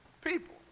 People